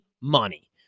money